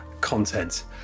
content